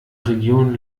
region